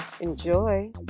enjoy